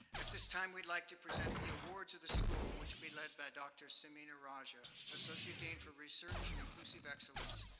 at this time, we'd like to present the awards of the school, which will be led by dr. samina raja, associate dean for research and inclusive excellence,